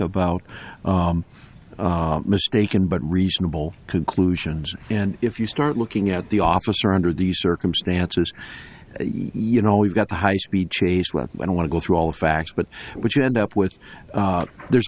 about mistaken but reasonable conclusions and if you start looking at the officer under these circumstances you know we've got the high speed chase weapon i want to go through all the facts but what you end up with there's